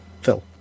Phil